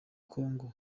congo